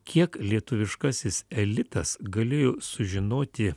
kiek lietuviškasis elitas galėjo sužinoti